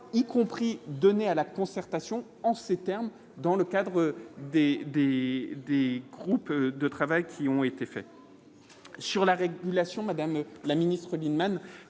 y compris donner à la concertation, en ces termes dans le cadre D D, des groupes de travail qui ont été faits